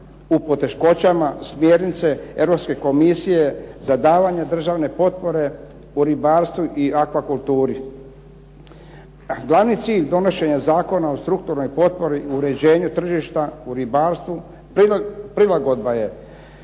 u poteškoćama, smjernice Europske komisije za davanje državne potpore u ribarstvu i akvakulturi. Glavni cilj donošenja Zakona o strukturnoj potpori i uređenja tržišta u ribarstvu prilagodba je